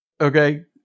Okay